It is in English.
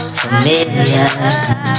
familiar